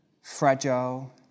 fragile